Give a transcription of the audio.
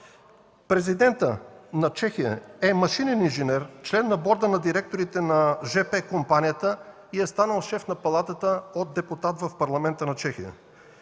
Президентът на Чехия е машинен инженер, член на Борда на директорите на жп компанията и е станал шеф на Палатата от депутат в Парламента на Чехия.